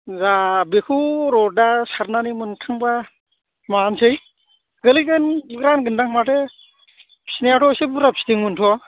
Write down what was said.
जा बेखौ र' दा सारनानै मोनखांबा माबासै गोलैगोन रानगोनदां माथो फिनायाथ' एसे बुरजा फिदोंमोनथ'